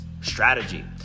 strategy